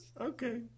Okay